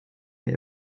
mir